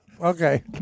Okay